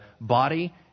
body